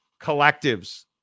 Collectives